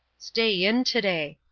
stay in to-day.